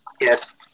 yes